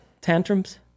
tantrums